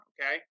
Okay